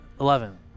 Eleven